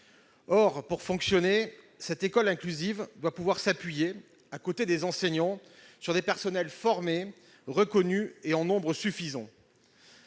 Or, pour fonctionner, cette école inclusive doit pouvoir s'appuyer, à côté des enseignants, sur des personnels formés, reconnus et en nombre suffisant.